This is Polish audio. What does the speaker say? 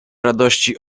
radości